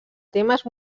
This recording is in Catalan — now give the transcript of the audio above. temes